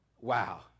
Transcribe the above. wow